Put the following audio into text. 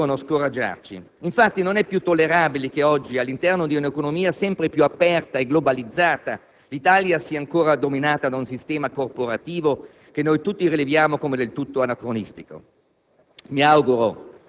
ma non devono scoraggiarci; infatti, non è più tollerabile che oggi, all'interno di un'economia sempre più aperta e globalizzata, l'Italia sia ancora dominata da un sistema corporativo che noi tutti rileviamo come del tutto anacronistico.